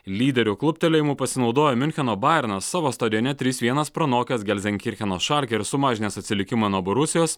lyderio kluptelėjimu pasinaudojo miuncheno bajernas savo stadione trys vienas pranokęs gelzenkircheno šalke ir sumažinęs atsilikimą nuo borusijos